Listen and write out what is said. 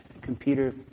computer